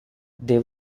there